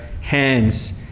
hands